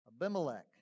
Abimelech